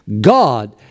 God